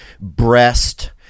breast